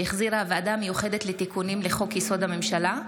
שהחזירה הוועדה המיוחדת לתיקונים לחוק-יסוד: הממשלה,